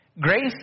Grace